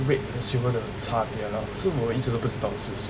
red 和 silver 的差别啦是我一直都不知道是什么